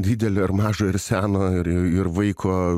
didelio ir mažo ir seno ir vaiko